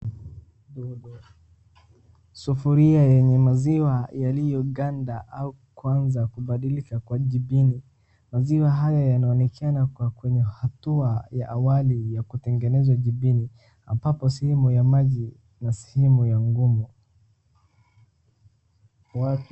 Sufuria yenye maziwa yaliyoganda au kuanza kubadilika kuwa jibini. Maziwa haya yanaonekana kuwa kwenye hatua ya awali ya kutengeneza jibini ambapo sehemu ya maji na sehemu ya ngumu.